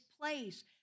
place